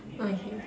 what you said